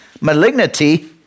malignity